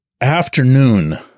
afternoon